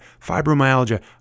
fibromyalgia